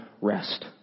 rest